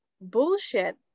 bullshit